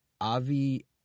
Avi